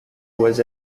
was